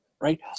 right